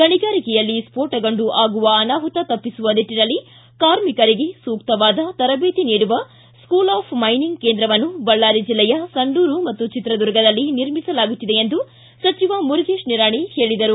ಗಣಿಗಾರಿಕೆಯಲ್ಲಿ ಸ್ವೋಟಗೊಂಡು ಆಗುವ ಅನಾಹುತ ತಪ್ಪಿಸುವ ನಿಟ್ಟನಲ್ಲಿ ಕಾರ್ಮಿಕರಿಗೆ ಸೂಕ್ತವಾದ ತರಬೇತಿ ನೀಡುವ ಸ್ಕೂಲ್ ಆಫ್ ಮೈನಿಂಗ್ ಕೇಂದ್ರವನ್ನು ಬಳ್ಳಾರಿ ಜಿಲ್ಲೆಯ ಸಂಡೂರು ಮತ್ತು ಚಿತ್ರದುರ್ಗದಲ್ಲಿ ನಿರ್ಮಿಸಲಾಗುತ್ತಿದೆ ಎಂದು ಸಚಿವ ಮುರುಗೇಶ ನಿರಾಣಿ ತಿಳಿಸಿದರು